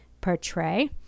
portray